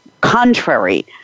contrary